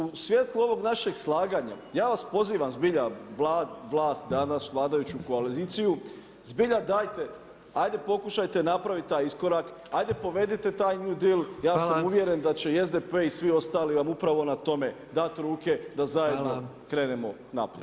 U svjetlu ovog našeg slaganja, ja vas pozivam zbilja vlast, danas vladajuću koaliciju, zbilja dajte ajde pokušajte napraviti taj iskorak, ajde povedite taj new deal, ja sam uvjeren da će i SDP i svi ostali vam upravo na tome dat ruke da zajedno krenemo naprijed.